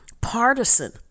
partisan